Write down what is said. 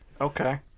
Okay